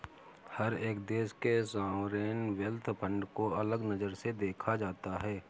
हर एक देश के सॉवरेन वेल्थ फंड को अलग नजर से देखा जाता है